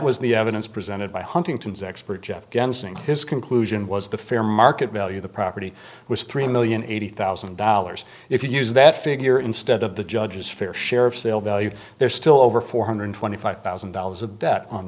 was the evidence presented by huntington's expert jeff gans in his conclusion was the fair market value the property was three million eighty thousand dollars if you use that figure instead of the judge's fair share of sale value there's still over four hundred twenty five thousand dollars of debt on